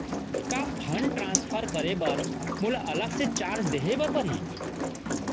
का fund transfer करे बर मोला अलग से चार्ज देहे बर परही?